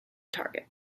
target